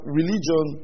religion